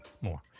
More